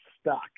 stuck